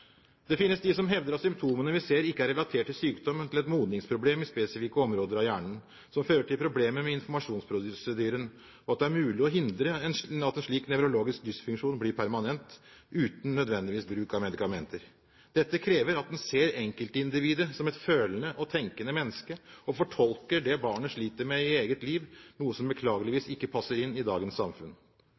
Det finnes de hevder at symptomene vi ser, ikke er relatert til sykdom, men til et modningsproblem i spesifikke områder av hjernen, som fører til problemer med informasjonsprosedyren, og at det er mulig å hindre at en slik nevrologisk dysfunksjon blir permanent, uten nødvendigvis bruk av medikamenter. Dette krever at en ser enkeltindividet som et følende og tenkende menneske og fortolker det barnet sliter med i eget liv, noe som beklageligvis ikke passer inn i dagens samfunn.